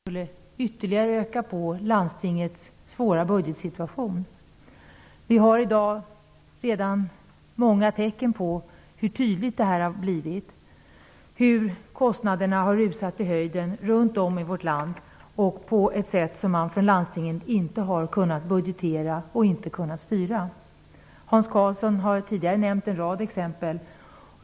Herr talman! När riksdagen i december förra året fattade beslut om arvoden till privatpraktiserande läkare och sjukgymnaster utryckte jag farhågor för hur detta ytterligare skulle öka på landstingens svåra budgetsituation. Vi ser redan i dag många tydliga tecken på det. Kostnaderna har rusat i höjden runt om i vårt land på ett sätt som man från landstingen inte har kunnat budgetera för eller styra. Hans Karlsson har tidigare nämnt en rad exempel.